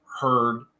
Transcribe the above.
heard